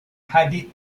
hadith